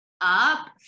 up